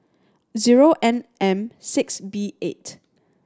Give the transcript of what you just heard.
zero N M six B eight